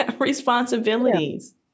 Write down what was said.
responsibilities